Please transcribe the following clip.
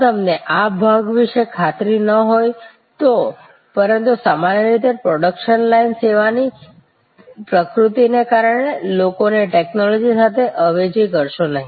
જો તમને આ ભાગ વિશે ખાતરી ન હોય તો પરંતુ સામાન્ય રીતે પ્રોડક્શન લાઇન સેવાની પ્રકૃતિને કારણે લોકોને ટેક્નોલોજી સાથે અવેજી કરશો નહીં